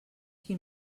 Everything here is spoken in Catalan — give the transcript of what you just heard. qui